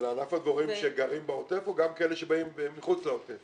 זה לענף הדבוראים שגרים בעוטף או גם כאלה שבאים מחוץ לעוטף?